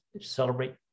celebrate